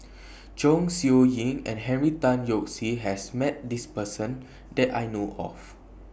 Chong Siew Ying and Henry Tan Yoke See has Met This Person that I know of